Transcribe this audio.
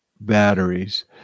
batteries